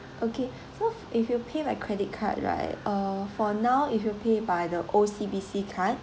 okay so f~ if you pay by credit card right uh for now if you pay by the O_C_B_C card